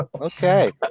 Okay